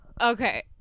Okay